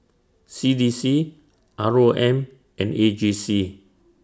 C D C R O M and A G C